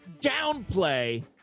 downplay